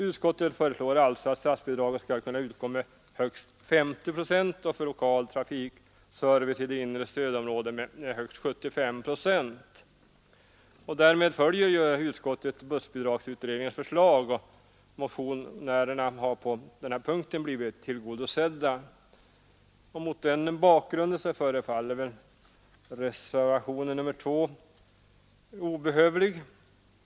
Utskottet föreslår alltså att statsbidrag skall utgå med högst 50 procent och för lokal trafikservice i det inre stödområdet med högst 75 procent. Därmed följer utskottet bussbidragsutredningens förslag. Motionärerna har på denna punkt blivit tillgodosedda. Mot den bakgrunden förefaller reservationen 2 obehövlig.